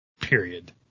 Period